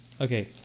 Okay